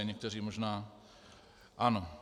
Někteří možná ano.